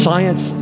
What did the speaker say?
Science